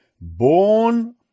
born